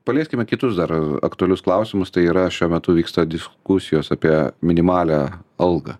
palieskime kitus dar aktualius klausimus tai yra šiuo metu vyksta diskusijos apie minimalią algą